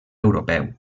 europeu